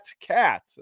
cat